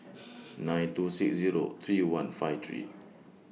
nine two six Zero three one five three